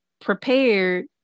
prepared